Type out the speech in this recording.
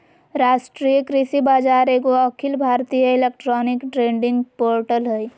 राष्ट्रीय कृषि बाजार एगो अखिल भारतीय इलेक्ट्रॉनिक ट्रेडिंग पोर्टल हइ